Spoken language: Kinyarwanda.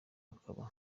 akaba